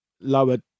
lower